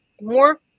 more